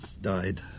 died